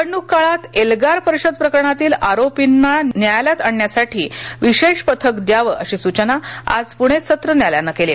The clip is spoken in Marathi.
निवडणूक काळात एल्गार परिषद प्रकरणातील आरोपीना न्यायालयात आणण्यासाठी विशेष पथक द्यावं अशी सूचना आज पुणे सत्र न्यायालयानं केली